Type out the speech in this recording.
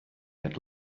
had